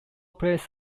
players